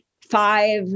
five